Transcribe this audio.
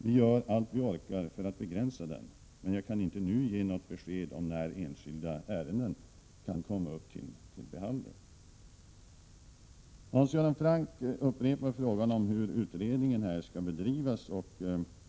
Vi gör allt vad vi kan för att begränsa den. Men jag kan inte nu ge något besked om när enskilda ärenden kan komma upp till behandling. Hans Göran Franck upprepade frågan, hur utredningen skall bedrivas.